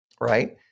right